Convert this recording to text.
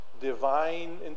divine